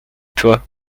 toi